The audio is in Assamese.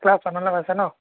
ক্লাছ ওৱানলৈ পাইছে ন